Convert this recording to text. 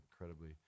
incredibly